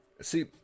see